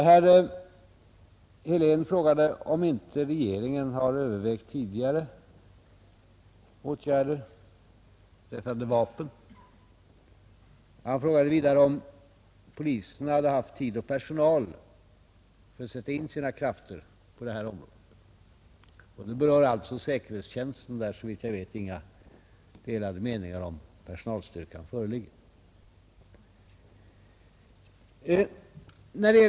Herr Helén frågade om inte regeringen tidigare har övervägt åtgärder beträffande vapeninnehav. Han frågade vidare om polisen har haft tid och personal för att sätta in sina krafter på detta område. Det berör alltså säkerhetstjänsten, där såvitt jag vet inga delade meningar om personalstyrkan föreligger.